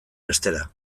bestera